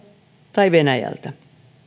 tai venäjältä